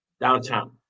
downtown